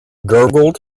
gurgled